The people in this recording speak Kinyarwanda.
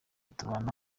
kubana